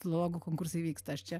filologų konkursai vyksta aš čia